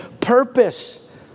purpose